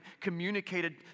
communicated